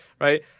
right